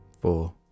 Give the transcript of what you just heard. Four